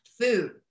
food